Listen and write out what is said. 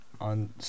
on